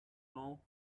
know